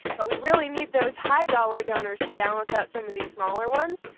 but we really need those high dollar donors to balance out some of these smaller ones.